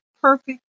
perfect